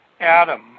Adam